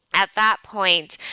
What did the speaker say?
at that point,